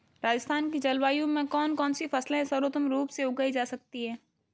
राजस्थान की जलवायु में कौन कौनसी फसलें सर्वोत्तम रूप से उगाई जा सकती हैं?